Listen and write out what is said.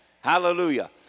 Hallelujah